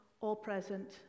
all-present